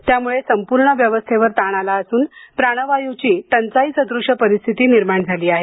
त्यामुळे संपूर्ण व्यवस्थेवर ताण आला असून प्राणवायूची टंचाई सद्रश परिस्थिती निर्माण झाली आहे